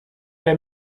der